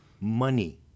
money